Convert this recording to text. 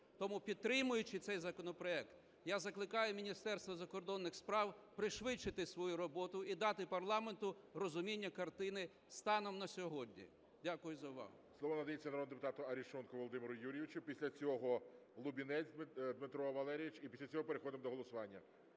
Тому, підтримуючи цей законопроект, я закликаю Міністерство закордонних справ пришвидшити свою роботу і дати парламенту розуміння картини станом на сьогодні. Дякую за увагу.